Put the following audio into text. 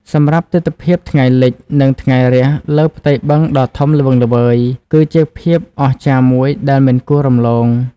សម្រាប់ទិដ្ឋភាពថ្ងៃលិច និងថ្ងៃរះលើផ្ទៃបឹងដ៏ធំល្វឹងល្វើយ គឺជាភាពអស្ចារ្យមួយដែលមិនគួររំលង។